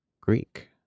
Greek